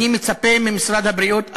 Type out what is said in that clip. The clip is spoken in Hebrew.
אני מצפה ממשרד הבריאות,